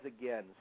again